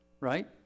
right